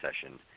session